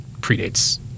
predates